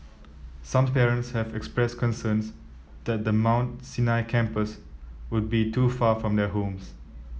some parents have expressed concerns that the Mount Sinai campus would be too far from their homes